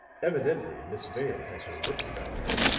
evidently miss vale has her wits about her.